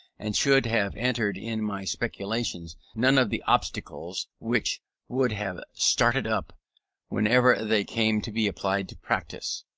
and should have encountered in my speculations none of the obstacles which would have started up whenever they came to be applied to practice.